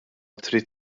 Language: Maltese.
trid